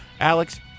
Alex